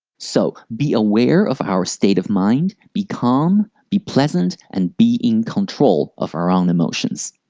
so, be aware of our state of mind. be calm, be pleasant, and be in control of our own emotions.